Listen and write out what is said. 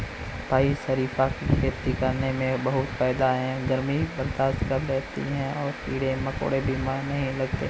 भाई शरीफा की खेती करने में बहुत फायदा है गर्मी बर्दाश्त कर लेती है और कीड़े मकोड़े भी नहीं लगते